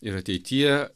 ir ateityje